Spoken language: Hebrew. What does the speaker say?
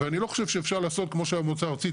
ואני לא חושב שאפשר לעשות כמו המועצה הארצית,